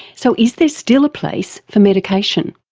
so is there still a place for medication?